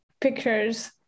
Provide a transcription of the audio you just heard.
pictures